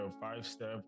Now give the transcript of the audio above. five-step